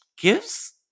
gives